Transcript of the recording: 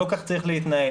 לא כך צריך להתנהל.